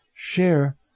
share